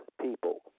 people